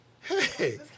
hey